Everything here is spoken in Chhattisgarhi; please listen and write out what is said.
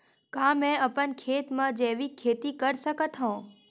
का मैं अपन खेत म जैविक खेती कर सकत हंव?